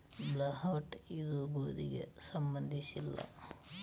buckwheat ಇದು ಗೋಧಿಗೆ ಸಂಬಂಧಿಸಿಲ್ಲ